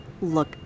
Look